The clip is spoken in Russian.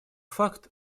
факт